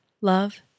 love